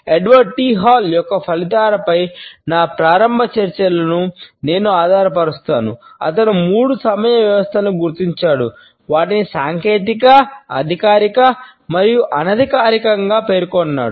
Edward T Hall పేర్కొన్నాడు